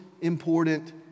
important